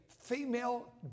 female